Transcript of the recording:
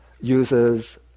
uses